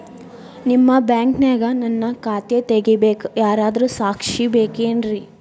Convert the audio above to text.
ನಿಮ್ಮ ಬ್ಯಾಂಕಿನ್ಯಾಗ ನನ್ನ ಖಾತೆ ತೆಗೆಯಾಕ್ ಯಾರಾದ್ರೂ ಸಾಕ್ಷಿ ಬೇಕೇನ್ರಿ?